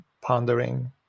pondering